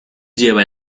lleva